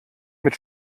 mit